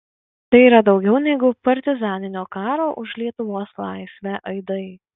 tai yra daugiau negu partizaninio karo už lietuvos laisvę aidai